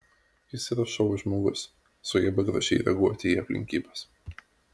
jis yra šou žmogus sugeba gražiai reaguoti į aplinkybes